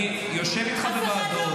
יושב איתך בוועדות.